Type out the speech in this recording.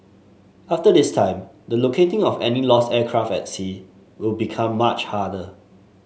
after this time the locating of any lost aircraft at sea will become much harder